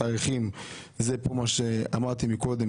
התאריכים זה כמו שאמרתי מקודם,